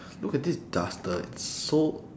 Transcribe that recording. look at this duster it's so